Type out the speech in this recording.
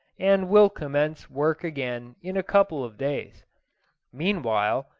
and will commence work again in a couple of days meanwhile,